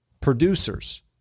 producers